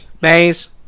Maze